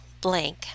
Blank